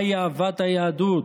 מהי אהבת היהדות